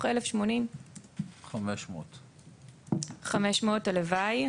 500. 500, הלוואי.